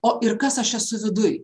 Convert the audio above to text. o ir kas aš esu viduj